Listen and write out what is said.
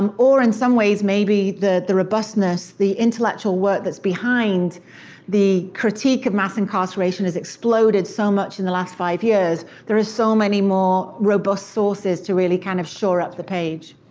um or, in some ways, maybe, the the robustness, the intellectual work that's behind the critique of mass incarceration has exploded so much in the last five years, there are so many more robust sources to really kind of shore up the page.